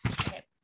okay